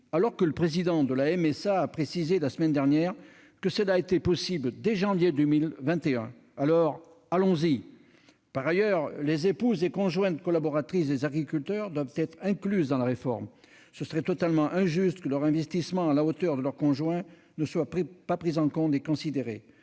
sociale agricole, la MSA, a précisé la semaine dernière que la chose était possible dès janvier 2021. Alors, allons-y ! Par ailleurs, les épouses et conjointes collaboratrices des agriculteurs doivent être incluses dans la réforme. Il serait totalement injuste que leur investissement au côté de leur conjoint ne soit pas pris en compte et considéré.